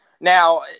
Now